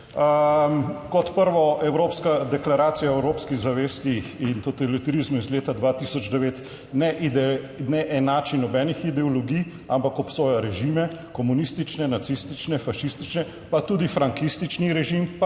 Kot prvo, evropska deklaracija o evropski zavesti in totalitarizmu iz leta 2009 ne enači nobenih ideologij, ampak obsoja režime, komunistične, nacistične, fašistične, pa tudi frankistični režim, pa